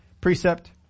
precept